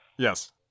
Yes